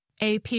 AP